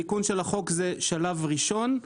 התיקון של החוק זה שלב ראשון.